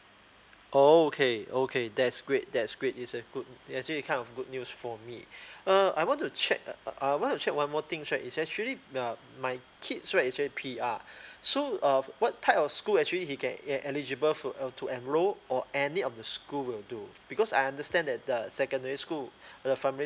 okay okay that's great that's great is a good it actually kind of good news for me uh I want to check uh I I wanna check one more thing right is actually uh my kids right is actually P_R so uh what type of school actually he can can eligible for uh to enrol or any of the school will do because I understand that the secondary school the primary